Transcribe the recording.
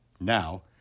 Now